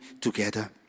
together